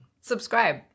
Subscribe